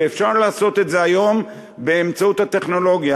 ואפשר לעשות את זה היום באמצעות הטכנולוגיה.